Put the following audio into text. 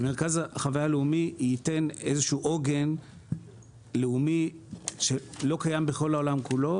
מרכז חוויה לאומי ייתן איזשהו עוגן לאומי שלא קיים בכל העולם כולו.